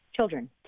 children